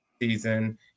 season